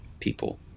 people